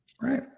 Right